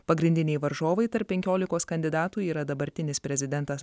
pagrindiniai varžovai tarp penkiolikos kandidatų yra dabartinis prezidentas